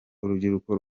urubyiruko